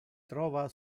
trova